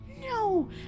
no